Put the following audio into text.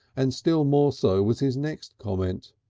and still more so was his next comment.